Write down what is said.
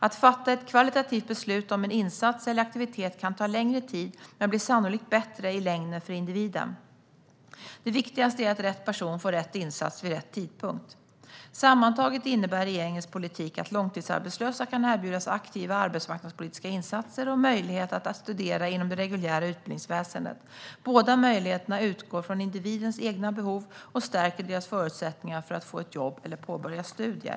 Att fatta ett beslut av kvalitet om en insats eller aktivitet kan ta längre tid men blir sannolikt bättre i längden för individiden. Det viktigaste är att rätt person få rätt insats vid rätt tidpunkt. Sammantaget innebär regeringens politik att långtidsarbetslösa kan erbjudas aktiva arbetsmarknadspolitiska insatser och möjlighet att studera inom det reguljära utbildningsväsendet. Båda möjligheterna utgår från individernas egna behov och stärker deras förutsättningar att få ett jobb eller påbörja studier.